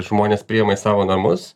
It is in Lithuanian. žmonės priėma į savo namus